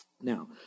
Now